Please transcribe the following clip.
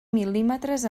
mil·límetres